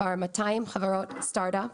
כבר 200 חברות סטארט-אפ,